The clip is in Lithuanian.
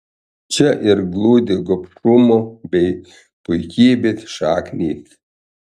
čia ir glūdi gobšumo bei puikybės šaknys